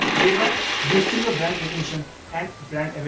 thereby boosting your brand recognition and brand